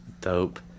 Dope